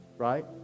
right